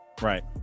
Right